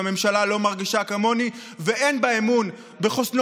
שהממשלה לא מרגישה כמוני ואין בה אמון בחוסנו